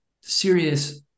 serious